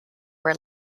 were